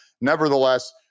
nevertheless